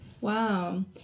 Wow